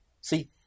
see